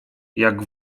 jak